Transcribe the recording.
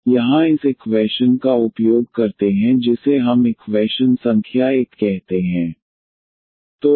तो यहाँ इस इक्वैशन का उपयोग करते हैं जिसे हम इक्वैशन संख्या 1 कहते हैं